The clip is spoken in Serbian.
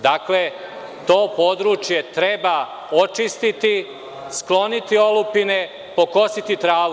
Dakle, to područje treba očistiti, skloniti olupine, pokositi travu.